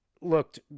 looked